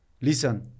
Listen